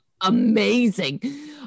Amazing